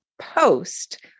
post